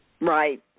Right